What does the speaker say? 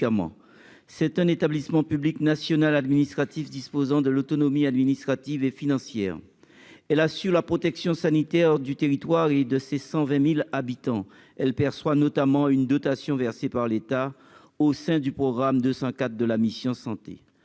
c'est un établissement public national administratif disposant de l'autonomie administrative et financière et là, sur la protection sanitaire du territoire et de ses 120000 habitants, elle perçoit notamment une dotation versée par l'État au sein du programme de 204 de la mission Santé